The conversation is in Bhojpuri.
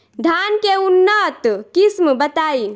धान के उन्नत किस्म बताई?